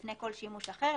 לפני כל שימוש אחר,